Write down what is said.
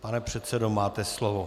Pane předsedo, máte slovo.